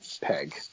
Peg